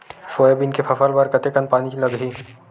Soybean के फसल बर कतेक कन पानी लगही?